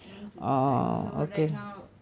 no need to decide so right now